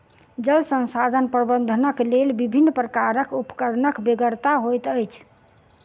जल संसाधन प्रबंधनक लेल विभिन्न प्रकारक उपकरणक बेगरता होइत अछि